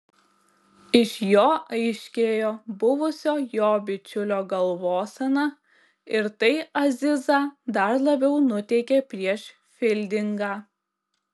iš jo aiškėjo buvusio jo bičiulio galvosena ir tai azizą dar labiau nuteikė prieš fildingą